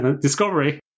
discovery